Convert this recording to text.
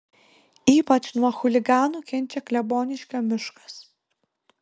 ypač nuo chuliganų kenčia kleboniškio miškas